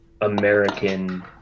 American